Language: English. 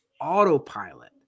autopilot